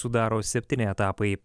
sudaro septyni etapai